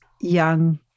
young